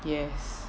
yes